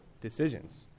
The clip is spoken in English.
decisions